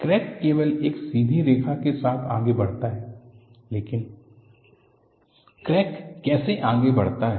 crack केवल एक सीधी रेखा के साथ आगे बढ़ता है लेकिन क्रैक कैसे आगे बढ़ता है